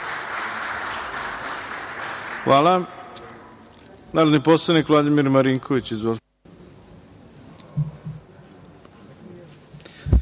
Dačić** Narodni poslanik Vladimir Marinković. Izvolite.